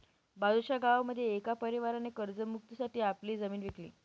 बाजूच्या गावामध्ये एका परिवाराने कर्ज मुक्ती साठी आपली जमीन विकली